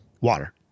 Water